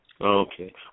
Okay